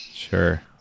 Sure